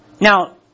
Now